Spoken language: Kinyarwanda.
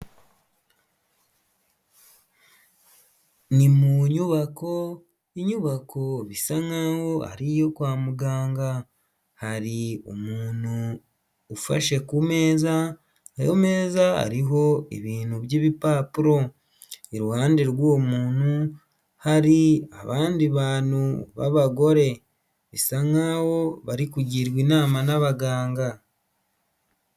Ni mu nyubako, inyubako bisa nk'aho ari iyo kwa muganga. Hari umuntu ufashe ku meza, ayo meza ariho ibintu by'ibipapuro. Iruhande rw'uwo muntu, hari abandi bantu b'abagore. Bisa nk'aho bari kugirwa inama n'abaganga.